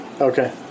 Okay